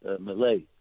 Malay